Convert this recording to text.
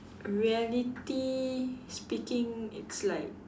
reality speaking it's like